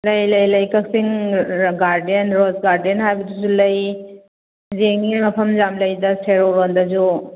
ꯂꯩ ꯂꯩ ꯂꯩ ꯀꯛꯆꯤꯡ ꯒꯥꯔꯗꯦꯟ ꯔꯣꯁ ꯒꯥꯔꯗꯦꯟ ꯍꯥꯏꯕꯗꯨꯁꯨ ꯂꯩ ꯌꯦꯡꯅꯤꯡꯉꯥꯏ ꯃꯐꯝ ꯌꯥꯝ ꯂꯩꯗ ꯁꯦꯔꯧ ꯂꯣꯝꯗꯁꯨ